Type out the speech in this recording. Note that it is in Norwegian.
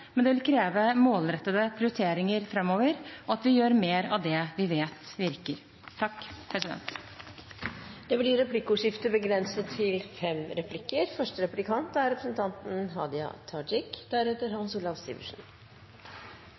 Men det kommer ikke til å skje av selv, og det vil kreve målrettede prioriteringer framover og at vi gjør mer av det vi vet virker. Det blir replikkordskifte. Det er